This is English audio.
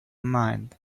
mind